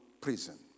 prison